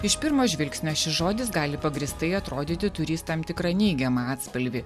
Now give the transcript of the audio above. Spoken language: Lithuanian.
iš pirmo žvilgsnio šis žodis gali pagrįstai atrodyti turįs tam tikrą neigiamą atspalvį